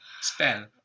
Spell